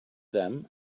them